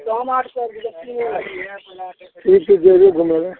ठीक छै जेबए घुमएला